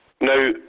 Now